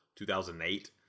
2008